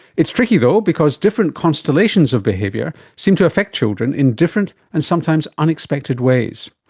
it's tricky though because different constellations of behaviour seem to affect children in different and sometimes unexpected ways.